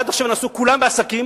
הרי עד עכשיו נסעו כולם במחלקת עסקים,